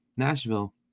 nashville